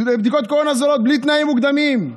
בדיקות זולות בלי תנאים מוקדמים,